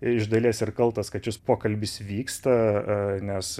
iš dalies ir kaltas kad šis pokalbis vyksta nes